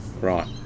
Right